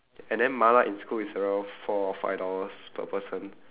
and then mala in school is around four or five dollars per person